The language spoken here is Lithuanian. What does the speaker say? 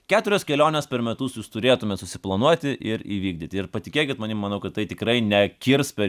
keturias keliones per metus jūs turėtumėt susiplanuoti ir įvykdyti ir patikėkit manimi manau kad tai tikrai nekirs per